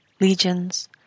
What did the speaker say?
legions